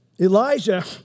Elijah